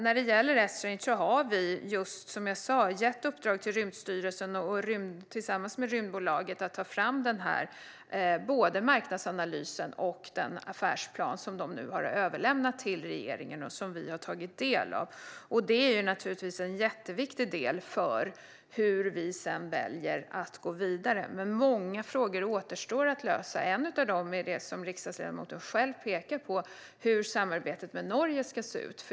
När det gäller Esrange har vi som jag sa just gett i uppdrag till Rymdstyrelsen och Rymdaktiebolaget att tillsammans ta fram både den marknadsanalys och den affärsplan som nu har överlämnats till regeringen och som vi har tagit del av. Det är naturligtvis en jätteviktig del i hur vi sedan väljer att gå vidare, men många frågor återstår att lösa. En av dem är det riksdagsledamoten själv pekar på, nämligen hur samarbetet med Norge ska se ut.